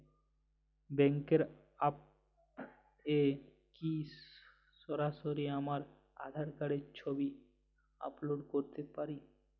ব্যাংকের অ্যাপ এ কি সরাসরি আমার আঁধার কার্ডের ছবি আপলোড করতে পারি?